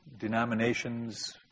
denominations